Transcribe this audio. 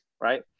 right